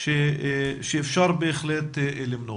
שאפשר בהחלט למנוע.